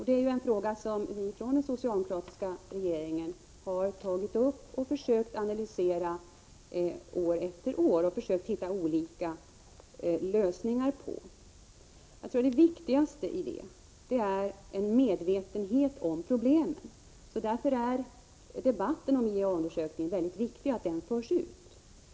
Det är en fråga som vi i den socialdemokratiska regeringen har tagit upp och analyserat år efter år och försökt hitta olika lösningar på. Jag tror det viktigaste i detta sammanhang är en medvetenhet om problemen, så därför är det mycket viktigt att föra ut debatten om IEA-undersökningen.